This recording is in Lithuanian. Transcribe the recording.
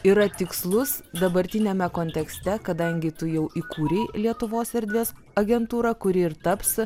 yra tikslus dabartiniame kontekste kadangi tu jau įkūrei lietuvos erdvės agentūrą kuri ir taps